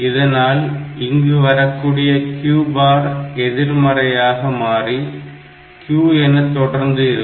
இதனால் இங்கு வரக்கூடிய Q பார் எதிர்மறையாக மாறி Q என தொடர்ந்து இருக்கும்